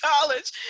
college